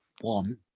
one